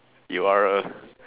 you are A